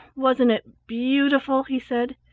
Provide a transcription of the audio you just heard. wasn't it beautiful? he said.